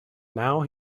now